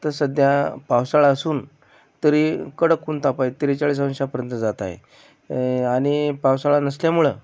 तर सध्या पावसाळा असून तरी कडक ऊनताप आहे त्रेचाळीस अंशापर्यंत जात आहे आणि पावसाळा नसल्यामुळं